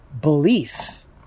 belief